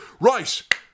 right